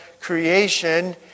creation